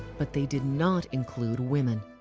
but they did not include women.